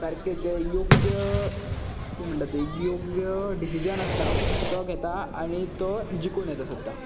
सारके जे योग्य किते म्हणटात ते योग्य डिसीजन आसता तो घेता आनी तो जिखून येता सद्दा